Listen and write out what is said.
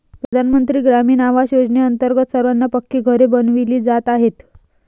प्रधानमंत्री ग्रामीण आवास योजनेअंतर्गत सर्वांना पक्की घरे बनविली जात आहेत